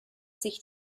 sich